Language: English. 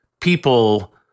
people